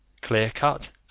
clear-cut